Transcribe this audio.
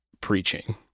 preaching